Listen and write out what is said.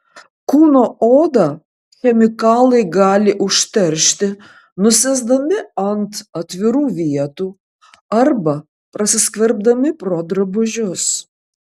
kūno odą chemikalai gali užteršti nusėsdami ant atvirų vietų arba prasiskverbdami pro drabužius